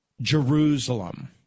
Jerusalem